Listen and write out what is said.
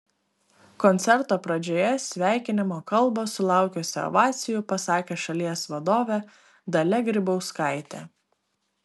koncerto pradžioje sveikinimo kalbą sulaukusią ovacijų pasakė šalies vadovė dalia grybauskaitė